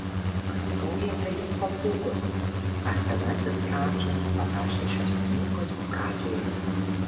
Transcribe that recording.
kartojate lyg papūgos ką senasis radža parašė šios knygos pradžioje